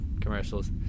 commercials